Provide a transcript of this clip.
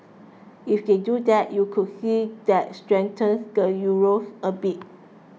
if they do that you would see that strengthen the Euros a bit